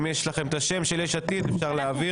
אם יש לכם את השם של יש עתיד, אפשר להעביר.